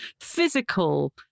physical